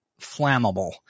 flammable